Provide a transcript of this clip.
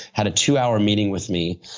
had a two hour meeting with me.